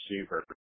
receiver